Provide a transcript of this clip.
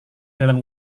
dalam